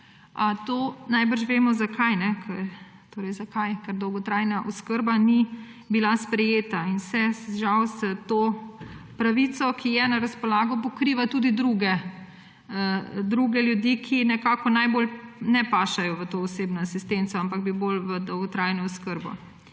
to najbrž vemo, zakaj. Ker dolgotrajna oskrba ni bila sprejeta in žal se s to pravico, ki je na razpolago, pokriva tudi druge ljudi, ki nekako najbolj ne pašejo v to osebno asistenco, ampak bi bolj v dolgotrajno oskrbo.